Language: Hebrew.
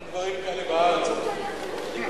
אין דברים כאלה בארץ, אדוני.